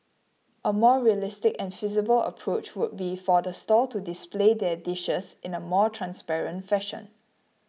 a more realistic and feasible approach would be for the stall to display their dishes in a more transparent fashion